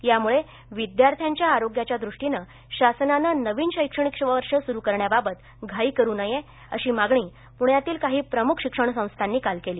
त्यामुळे विद्यार्थ्यांच्या आरोग्याच्या दृष्टीनं शासनाने नवीन शैक्षणिक वर्ष सुरु करण्याबाबत घाई करू नये अशी मागणी पुण्यातील काही प्रमुख शिक्षण संस्थांनी काल केली